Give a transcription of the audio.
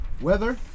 weather